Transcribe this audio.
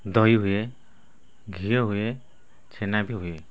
ଦହି ହୁଏ ଘିଅ ହୁଏ ଛେନା ବି ହୁଏ